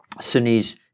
Sunnis